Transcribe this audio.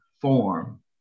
form